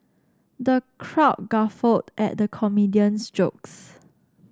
the crowd guffawed at the comedian's jokes